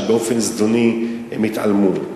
שבאופן זדוני התעלמו מכך.